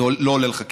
זה לא עולה לך כסף,